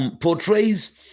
Portrays